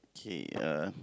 K uh